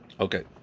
Okay